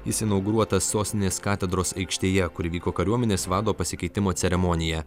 jis inauguruotas sostinės katedros aikštėje kur vyko kariuomenės vado pasikeitimo ceremonija